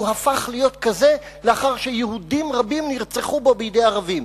הוא הפך להיות כזה לאחר שיהודים רבים נרצחו בו בידי ערבים.